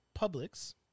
Publix